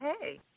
Hey